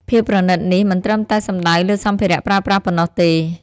ភាពប្រណីតនេះមិនត្រឹមតែសំដៅលើសម្ភារៈប្រើប្រាស់ប៉ុណ្ណោះទេ។